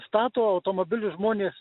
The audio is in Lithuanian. stato automobilius žmonės